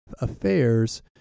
affairs